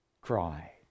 cry